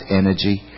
energy